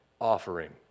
offering